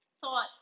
thought